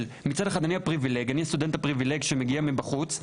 שמצד אחד אני הסטודנט הפריווילג שמגיע מבחוץ,